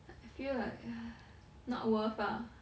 I feel like ya not worth ah